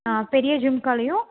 ஆ பெரிய ஜும்க்காலயும்